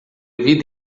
vida